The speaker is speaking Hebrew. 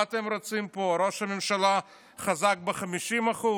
מה אתם רוצים פה, ראש ממשלה חזק ב-50%?